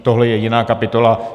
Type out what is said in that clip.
Tohle je jiná kapitola.